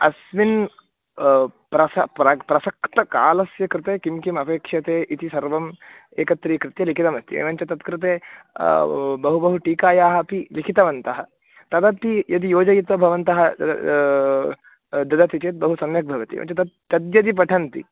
अस्मिन् प्रस प्र प्रसक्तकालस्य कृते किं किमपेक्ष्यते इति सर्वं एकत्रीकृत्य लिखितमस्ति एवञ्च तत्कृते बहु बहु टीकायाः अपि लिखितवन्तः तत् यदि योजयित्वा भवन्तः ददति चेत् बहु सम्यक् भवति एवञ्च तद् तद्यदि पठन्ति